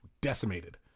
Decimated